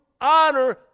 honor